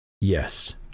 Yes